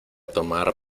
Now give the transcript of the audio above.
tomar